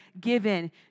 given